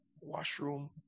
washroom